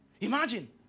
Imagine